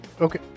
Okay